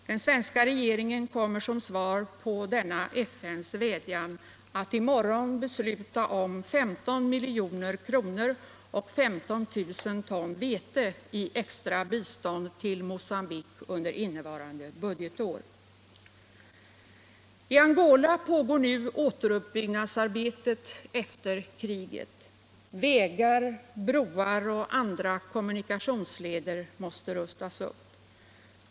Den svenska regeringen kommer som svar på denna EN:s vädjan att i morgon besluta om 15 milj.kr. och 15 000 ton vete i extra bistånd I Angola pågår nu återuppbyggnadsarbetet efter kriget. Vägar, broar och andra kommunikationsleder måste rustas upp.